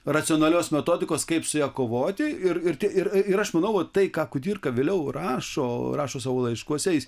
racionalios metodikos kaip su ja kovoti ir ir ti ir ir aš manau vat tai ką kudirka vėliau rašo rašo savo laiškuose jis